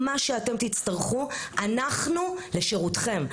מה שאתם תצטרכו אנחנו לשירותכם.